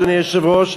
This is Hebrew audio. אדוני היושב-ראש,